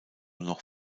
noch